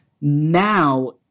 now